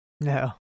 No